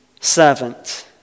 servant